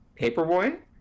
Paperboy